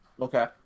Okay